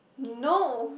no